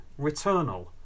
Returnal